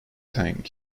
teng